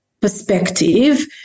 perspective